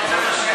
אתה רוצה משאף?